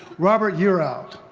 robert yearout,